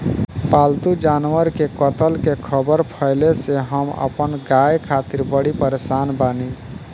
पाल्तु जानवर के कत्ल के ख़बर फैले से हम अपना गाय खातिर बड़ी परेशान बानी